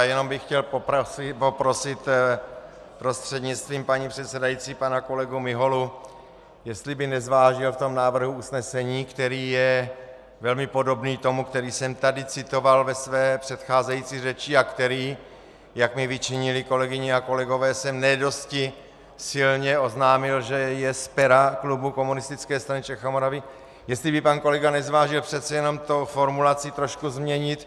Jenom bych chtěl poprosit prostřednictvím paní předsedající pana kolegu Miholu, jestli by nezvážil v tom návrhu usnesení, který je velmi podobný tomu, který jsem tady citoval ve své předcházející řeči, a který, jak mi vyčinili kolegyně a kolegové, jsem ne dosti silně oznámil, že je z pera Komunistické strany Čech a Moravy, jestli by pan kolega nezvážil přece jenom tu formulaci trošku změnit.